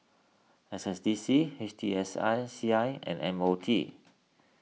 S S D C H T S I C I and M O T